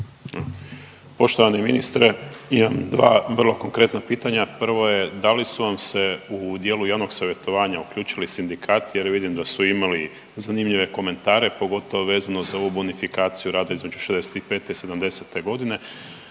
Poštovani ministre imam dva vrlo konkretna pitanja. Prvo je da li su vam se u dijelu javnog savjetovanja uključili sindikati, jer vidim da su imali zanimljive komentare pogotovo vezano za ovu bonifikaciju rada između 65 i 70-te godine,